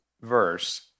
verse